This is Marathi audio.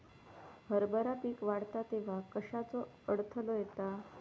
हरभरा पीक वाढता तेव्हा कश्याचो अडथलो येता?